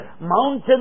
mountain